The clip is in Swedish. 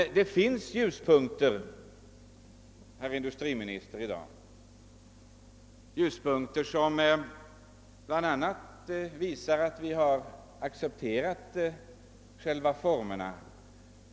I dag finns det emellertid också ljuspunkter, herr industriminister, och dem accepterar vi.